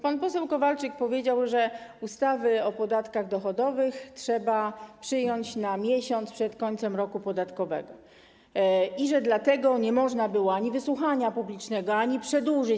Pan poseł Kowalczyk powiedział, że ustawy o podatkach dochodowych trzeba przyjąć na miesiąc przed końcem roku podatkowego, dlatego nie można było zrobić wysłuchania publicznego ani nic przedłużyć.